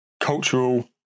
cultural